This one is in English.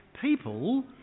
people